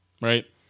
right